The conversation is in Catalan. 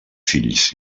fills